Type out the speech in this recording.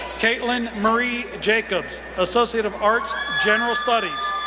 katelyn marie jacobs, associate of arts, general studies.